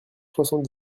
soixante